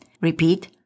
Repeat